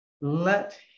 Let